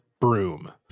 broom